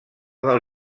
del